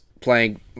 playing